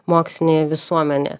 mokslinėje visuomenėje